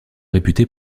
réputée